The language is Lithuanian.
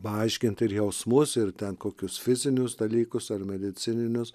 paaiškint ir jausmus ir ten kokius fizinius dalykus ar medicininius